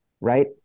right